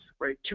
right